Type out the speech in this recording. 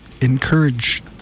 encourage